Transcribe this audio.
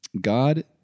God